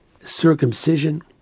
circumcision